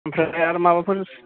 ओमफ्राय आरो माबाफोर